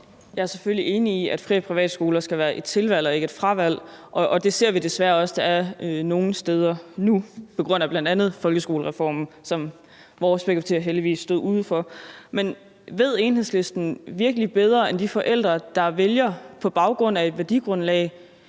Jeg er selvfølgelig enig i, at fri- og privatskoler skal være et tilvalg og ikke et fravalg af folkeskolen, og det ser vi desværre også det er nogle steder nu på grund af bl.a. folkeskolereformen, som vores parti heldigvis stod uden for. Men ved Enhedslisten virkelig bedre end de forældre, der vælger en friskole på baggrund af et værdigrundlag?